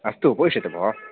अस्तु उपविषतु भो